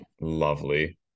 lovely